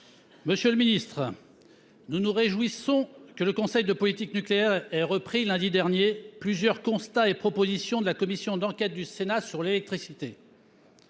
Monsieur le ministre, nous nous réjouissons que le conseil de politique nucléaire ait repris, lundi dernier, plusieurs constats et propositions de la commission d’enquête sénatoriale sur l’électricité.